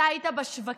מתי היית בשווקים,